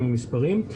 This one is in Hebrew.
עם המספרים.